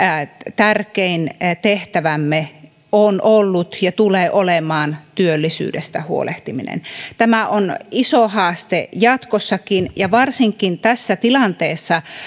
tärkein tehtävämme on ollut ja tulee olemaan työllisyydestä huolehtiminen tämä on iso haaste jatkossakin ja varsinkin tässä tilanteessa